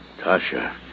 Tasha